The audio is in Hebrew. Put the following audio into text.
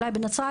אולי בנצרת,